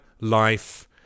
life